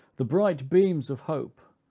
the bright beams of hope,